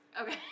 Okay